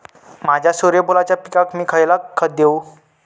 माझ्या सूर्यफुलाच्या पिकाक मी खयला खत देवू?